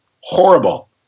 horrible